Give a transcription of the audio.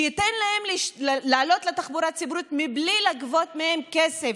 שייתן להם לעלות לתחבורה הציבורית בלי לגבות מהם כסף.